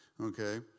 okay